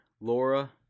Laura